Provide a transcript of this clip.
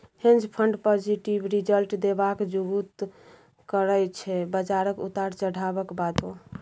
हेंज fund positive result देबाक जुगुत करय छै बजारक उतार चढ़ाबक बादो